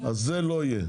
אז זה לא יהיה.